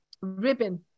ribbon